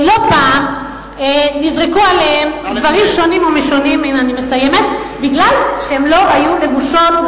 לא פעם נזרקו עליהן דברים שונים ומשונים בגלל שהן לא היו לבושות,